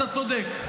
אתה צודק.